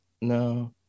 No